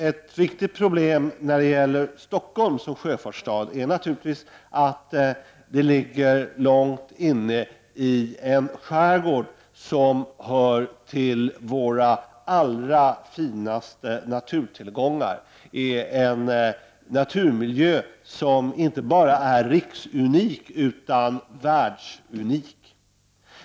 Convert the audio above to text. Ett viktigt problem när det gäller Stockholm som sjöfartsstad är naturligtvis att staden ligger långt inne i en skärgård som hör till våra allra finaste naturtillgångar, en naturmiljö som inte bara är riksunik utan världsunik.